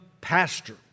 pastor